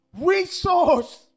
resource